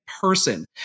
person